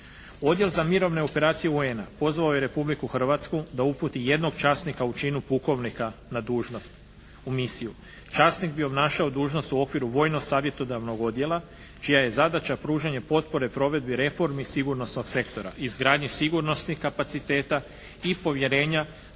Odjel za mirovine operacije UN-a pozvao je Republiku Hrvatsku da uputi jednog časnika u činu pukovnika na dužnost u misiju. Časnik bio obnašao dužnost u okviru vojno-savjetodavnog odjela čija je zadaća pružanje potpore provedbi reformi sigurnosnog sektora, izgradnji sigurnosnih kapaciteta i povjerenja